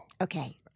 Okay